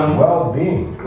well-being